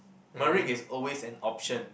is always an option